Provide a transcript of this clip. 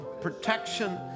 protection